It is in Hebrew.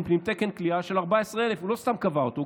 פנים תקן כליאה של 14,000. הוא לא סתם קבע אותו,